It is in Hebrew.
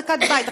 החזקת הבית,